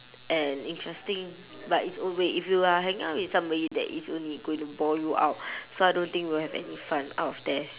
and interesting by it's own way if you are hanging out with somebody that is only going to bore you out so I don't think will have any fun out of there